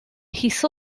his